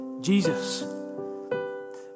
Jesus